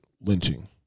lynching